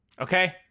Okay